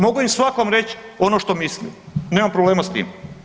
Mogu im svakome reći ono što mislim, nemam problema sa tim.